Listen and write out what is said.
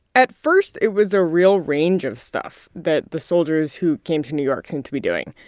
at first, it was a real range of stuff that the soldiers who came to new york seemed to be doing.